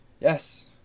Yes